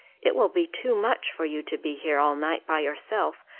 it will be too much for you to be here all night by yourself.